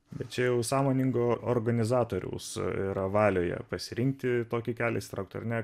bet čia jau sąmoningo organizatoriaus yra valioje pasirinkti tokį kelią įsitraukt ne